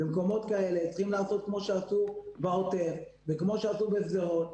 במקומות כאלה צריכים לעשות כמו שעשו בעוטף וכמו שעשו בשדרות,